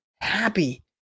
happy